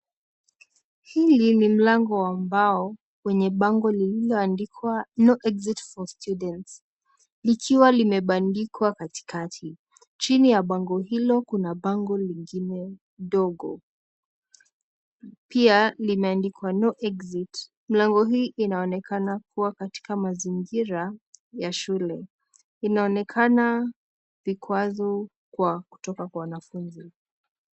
Hili ni mlango ambao, wenye bango lililo andikwa no exit for students , likiwa limedandikwa katikati, chini ya bango hilo kuna bango lingine ndogo, pia limeadikwa no exit , milango hii inaonekana kuwa ya mazingira ya shule, inaonekana vikwazo kutoka kwa wanafunzi.